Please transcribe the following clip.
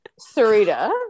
Sarita